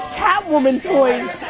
cat woman toys.